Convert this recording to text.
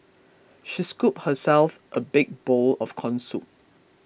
she scooped herself a big bowl of Corn Soup